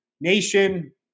nation